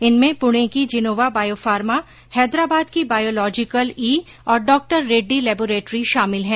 इनमें पूणे की Gennova Biopharma Hyderabad की बायोलॉजिकल ई और डॉक्टर रेड्डी लेबोरेट्री शामिल है